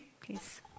please